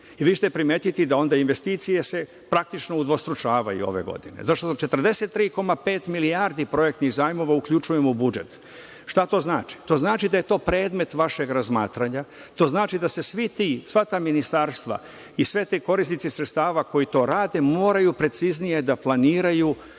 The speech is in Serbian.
Vi ćete primetiti da se investicije praktično udvostručavaju ove godine, zato što 43,5 milijardi projektnih zajmova uključujemo u budžet. Šta to znači? To znači da je to predmet vašeg razmatranja. To znači da se svi ti, sva ta ministarstva i svi ti korisnici sredstava koji to rade, moraju preciznije da planiraju